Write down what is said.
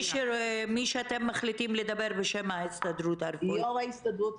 מי שאתם מחליטים שידבר בשם ההסתדרות הרפואית.